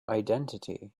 identity